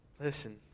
Listen